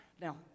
Now